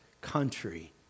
country